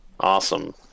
Awesome